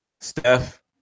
Steph